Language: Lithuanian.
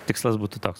tikslas būtų toks